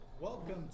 Welcome